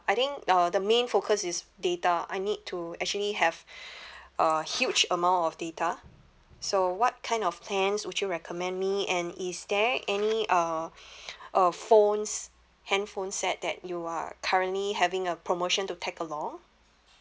I think uh the main focus is data I need to actually have a huge amount of data so what kind of plans would you recommend me and is there any uh uh phones handphone set that you are currently having a promotion to take along